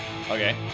okay